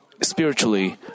spiritually